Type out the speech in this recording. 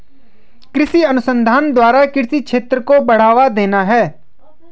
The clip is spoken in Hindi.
कृषि अनुसंधान द्वारा कृषि क्षेत्र को बढ़ावा देना है